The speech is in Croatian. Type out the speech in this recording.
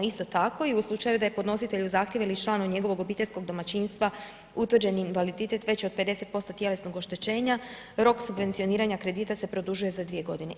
Isto tako i u slučaju da je podnositelj uz zahtjev ili članu njegovog obiteljskog domaćinstva utvrđen invaliditet veći od 50% tjelesnog oštećenja rok subvencioniranja kredita se produžuje za 2 godine.